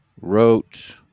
wrote